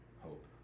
hope